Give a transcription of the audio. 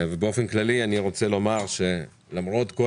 למרות כל